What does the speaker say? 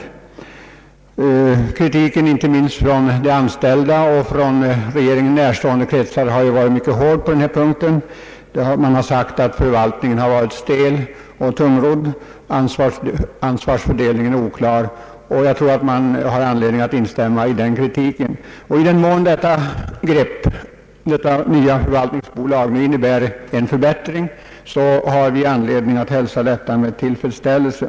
Kritiken har varit mycket hård på denna punkt, inte minst från de anställda och från regeringen närstående kretsar. Man har sagt att förvaltningen varit stel och tungrodd och ansvarsfördelningen oklar. Jag tror att man har anledning instämma i denna kritik. I den mån det nya förvaltningsbolaget innebär ett bättre grepp har vi anledning hälsa detta med tillfredsställelse.